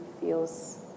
feels